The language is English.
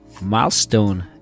milestone